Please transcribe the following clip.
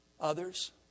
Others